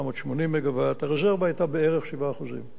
הרזרבה היתה בערך 7%. כמה אחוז?